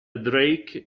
drake